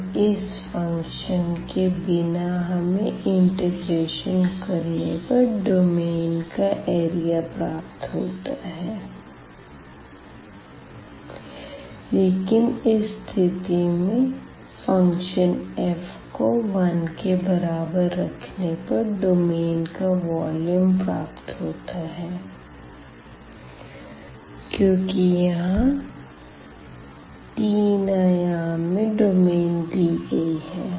और इस फ़ंक्शन के बिना हमें इंटीग्रेशन करने पर डोमेन का क्षेत्रफल प्राप्त होता है लेकिन इस स्थिति में फ़ंक्शन f को 1 के बराबर रखने पर डोमेन का वॉल्यूम प्राप्त होता है क्योंकि यहां तीन आयाम में डोमेन दी गई है